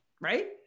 right